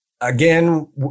Again